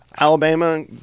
Alabama